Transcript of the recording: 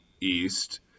East